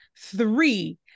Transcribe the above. three